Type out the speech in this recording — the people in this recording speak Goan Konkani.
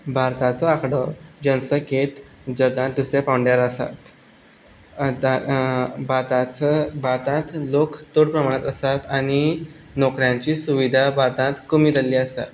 भारताचो आंकडो जनसंखेंत जगांत दुसऱ्या पांवड्यार आसात आतां भारताचो भारतांत लोक तड प्रमाणांत आसात आनी नोकऱ्यांची सुविधा भारतांत कमी जाल्ली आसा